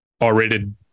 R-rated